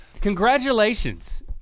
Congratulations